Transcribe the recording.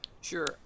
sure